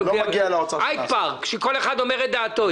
זה לא הייד פארק שכל אחד אומר את דעתו,